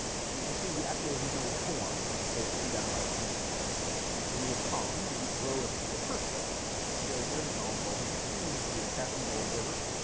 but we're seeing the actual original form that was written down by the census taker and we have columns and each row represents a person so here's a column called name and we can see we have katherine goldberger